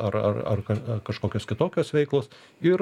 ar ar ar kažkokios kitokios veiklos ir